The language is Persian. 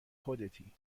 خودتی